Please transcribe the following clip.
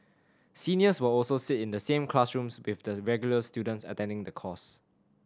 seniors will also sit in the same classrooms with the regular students attending the course